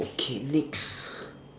okay next